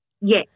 Yes